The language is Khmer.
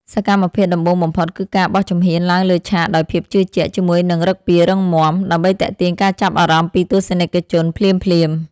សកម្មភាពដំបូងបំផុតគឺការបោះជំហានឡើងលើឆាកដោយភាពជឿជាក់ ជាមួយនឹងឫកពារឹងមាំ ដើម្បីទាក់ទាញការចាប់អារម្មណ៍ពីទស្សនិកជនភ្លាមៗ។